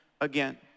again